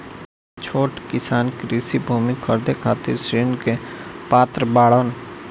का छोट किसान कृषि भूमि खरीदे खातिर ऋण के पात्र बाडन?